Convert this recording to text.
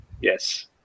Yes